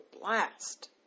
blast